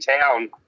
town